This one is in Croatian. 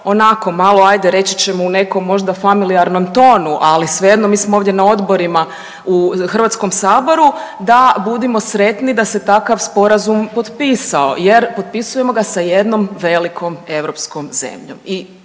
onako, malo, ajde reći ćemo, u nekom možda familijarnom tonu, ali svejedno, mi smo ovdje na odborima u HS-u, da budemo sretni da se takav Sporazum potpisao jer potpisujemo ga sa jednom velikom europskom zemljom